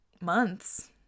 months